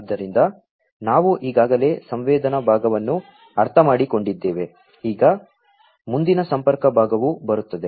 ಆದ್ದರಿಂದ ನಾವು ಈಗಾಗಲೇ ಸಂವೇದನಾ ಭಾಗವನ್ನು ಅರ್ಥಮಾಡಿಕೊಂಡಿದ್ದೇವೆ ಈಗ ಮುಂದಿನ ಸಂಪರ್ಕ ಭಾಗವು ಬರುತ್ತದೆ